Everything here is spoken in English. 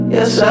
Yes